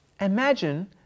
Imagine